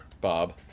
Bob